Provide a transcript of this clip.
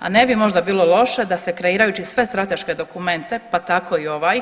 A ne bi možda bilo loše da se kreirajući sve strateške dokumente pa tako i ovaj